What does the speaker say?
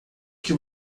que